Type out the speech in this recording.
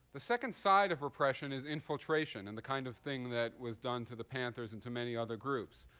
the second side of repression is infiltration and the kind of thing that was done to the panthers and to many other groups.